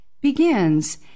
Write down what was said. begins